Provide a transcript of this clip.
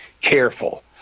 careful